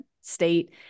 state